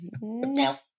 No